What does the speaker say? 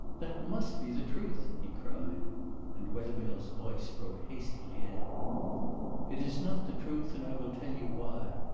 that must be the truth, he cried and wethermill's voice broke hastily in it is not the truth and i will tell you why.